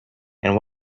and